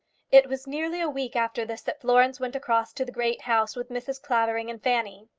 it was nearly a week after this that florence went across to the great house with mrs. clavering and fanny.